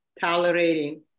tolerating